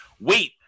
wait